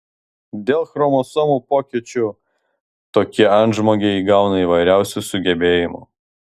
dėl chromosomų pokyčių tokie antžmogiai įgauna įvairiausių sugebėjimų